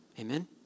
Amen